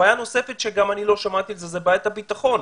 בעיה נוספת שלא שמעתי עליה, זה בעיית הביטחון.